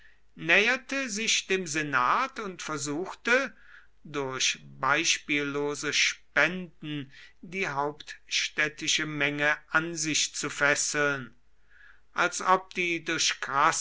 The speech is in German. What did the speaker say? näherte sich dem senat und versuchte durch beispiellose spenden die hauptstädtische menge an sich zu fesseln als ob die durch